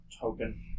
token